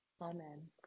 Amen